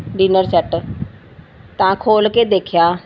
dinner set ਤਾਂ ਖੋਲ੍ਹ ਕੇ ਦੇਖਿਆ